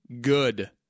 Good